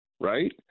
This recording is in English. right